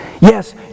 Yes